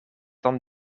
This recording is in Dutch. dan